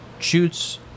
Shoots